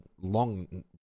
long